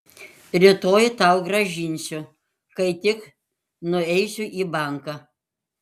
rytoj tau grąžinsiu kai tik nueisiu į banką